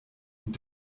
und